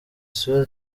isura